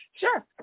Sure